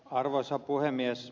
arvoisa puhemies